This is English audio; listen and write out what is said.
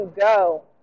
go